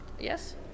yes